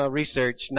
research